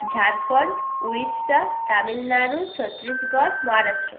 Jharkhand Orissa Tamil Nadu Chhattisgarh Maharashtra